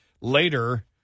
Later